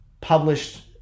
published